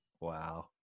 Wow